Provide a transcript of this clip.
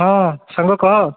ହଁ ସାଙ୍ଗ କହ